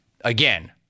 again